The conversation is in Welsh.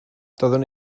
doeddwn